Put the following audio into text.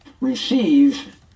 receive